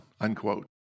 unquote